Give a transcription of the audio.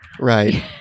Right